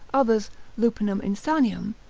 others lupinam insaniam,